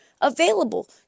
available